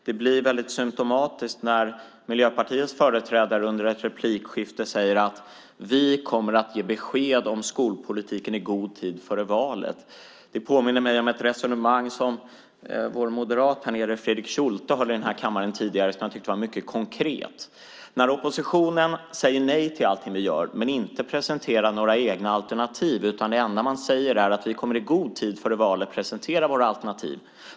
Det blir väldigt symtomatiskt när Miljöpartiets företrädare under ett replikskifte säger att man kommer att ge besked om skolpolitiken i god tid före valet. Det påminner mig om ett resonemang som vår moderat Fredrik Schulte har fört i kammaren tidigare och som jag tyckte var mycket konkret. Oppositionen säger nej till allting vi gör men presenterar inte några egna alternativ. Det enda man säger är att man i god tid före valet kommer att presentera sina alternativ.